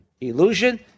illusion